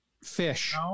fish